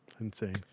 Insane